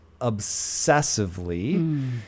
obsessively